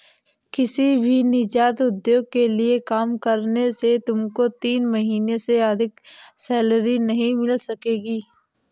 किसी भी नीजात उद्योग के लिए काम करने से तुमको तीन महीने से अधिक सैलरी नहीं मिल सकेगी